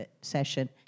session